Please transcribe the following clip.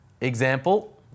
example